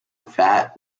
fat